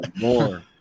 More